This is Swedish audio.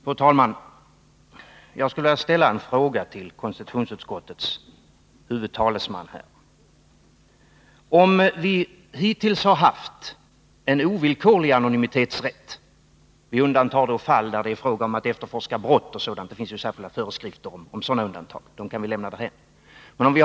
Fru talman! Jag skulle vilja ställa en fråga till konstitutionsutskottets huvudtalesman här. Vi undantar fall där det är fråga om att efterforska brott o. d. Det finns ju särskilda föreskrifter om sådana undantag, så dem kan vi Nr 23 lämna därhän.